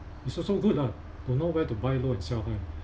it's also good lah to know where to buy low and sell high